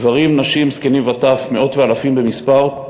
גברים נשים, זקנים וטף, מאות ואלפים במספר,